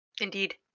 Indeed